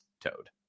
Toad